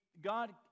God